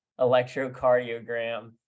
electrocardiogram